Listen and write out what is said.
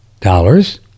dollars